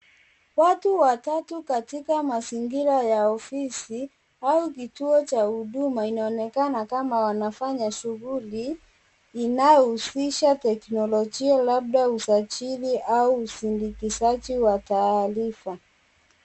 Watu watatu katika mazingira ya ofisi au kituo cha huduma inaonekana kama wanafanya shughuli inayohusisha teknolojia labda usajili au uzidikizaji wa taarifa.